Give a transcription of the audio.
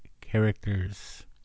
characters